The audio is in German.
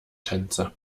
tänze